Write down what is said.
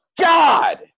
god